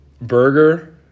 burger